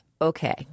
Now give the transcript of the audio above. Okay